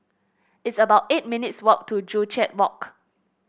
it's about eight minutes' walk to Joo Chiat Walk